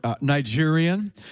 Nigerian